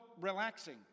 relaxing